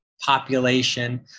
population